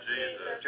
Jesus